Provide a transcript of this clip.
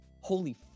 Holy